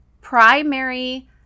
primary